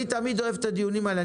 אני תמיד אוהב את הדיונים האלה,